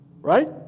Right